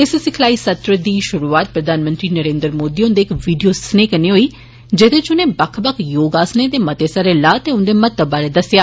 इस सिखलाई सत्र दी पुरूआत प्रधानमंत्री नरेंद्र मोदी हुंदे इक वीडियो स्नेह कन्नै होई जेदे इच उनें बक्ख बक्ख योग आसनें दे मते सारे लाह् ते उंदे महत्व बारै दस्सेआ